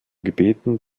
gebeten